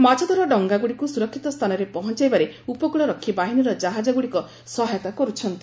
ମାଛଧରା ଡଙ୍ଗାଗୁଡ଼ିକୁ ସୁରକ୍ଷିତ ସ୍ଥାନରେ ପହଂଚାଇବାରେ ଉପକୂଳରକ୍ଷୀ ବାହିନୀର ଜାହାଜଗୁଡ଼ିକ ସହାୟତା କରୁଛନ୍ତି